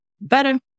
better